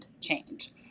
change